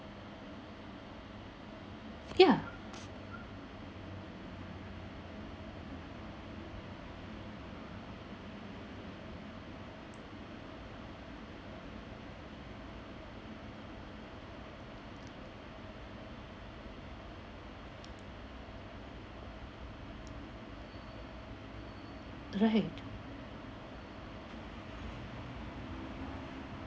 ya right